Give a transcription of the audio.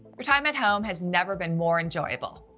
your time at home has never been more enjoyable.